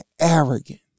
arrogant